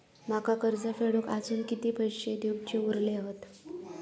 माका कर्ज फेडूक आजुन किती पैशे देऊचे उरले हत?